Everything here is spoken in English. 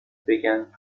began